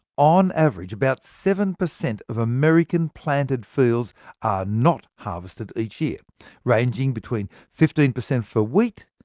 on average, about seven per cent of american planted fields are not harvested each year ranging between fifteen per cent for wheat,